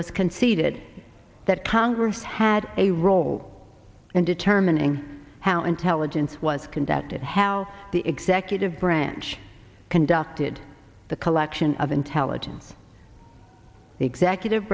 was conceded that congress had a role in determining how intelligence was conducted how the executive branch conducted the collection of intelligence the executive